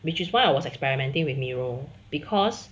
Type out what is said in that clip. which is why I was experimenting with mirror because